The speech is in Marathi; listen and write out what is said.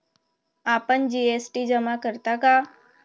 आपण जी.एस.टी जमा करता का?